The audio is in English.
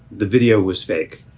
the video was fake.